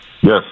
Yes